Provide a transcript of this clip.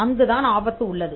அங்கு தான் ஆபத்து உள்ளது